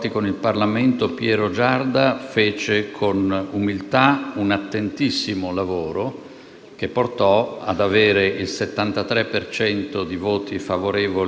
Chi le parla, signor Presidente del Consiglio, è stato iscritto in un nuovo raggruppamento, chiamato «della accozzaglia».